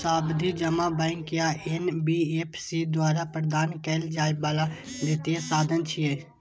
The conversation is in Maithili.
सावधि जमा बैंक या एन.बी.एफ.सी द्वारा प्रदान कैल जाइ बला वित्तीय साधन छियै